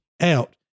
out